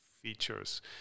features